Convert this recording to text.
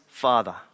Father